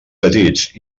petits